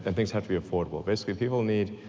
and things have to be affordable. basically, people need